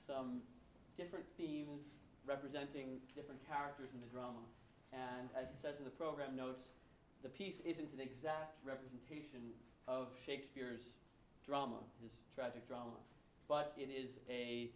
have different themes representing different characters in the group and i said in the program notes the piece isn't an exact representation of shakespeare's drama is tragic drama but it is a